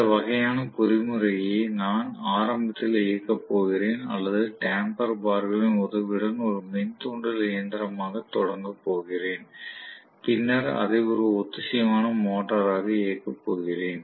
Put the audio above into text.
இந்த வகையான பொறிமுறையை நான் ஆரம்பத்தில் இயக்கப் போகிறேன் அல்லது டேம்பேர் பார்களின் உதவியுடன் ஒரு மின் தூண்டல் இயந்திரமாகத் தொடங்கப் போகிறேன் பின்னர் அதை ஒரு ஒத்திசைவான மோட்டாராக இயக்கப் போகிறேன்